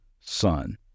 Son